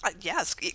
yes